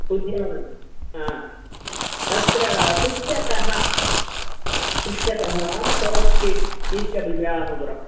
उद्यानं हा अत्र पृष्ठतः पृष्ठतः चर्च् स्ट्रीट् ईस्ट् विद्रामपुरं